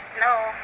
no